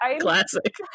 Classic